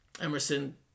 Emerson